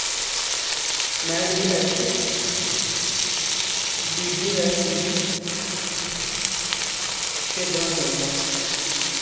में त्रीह् packet B B Royal सौंगी खरीदना चाहंदा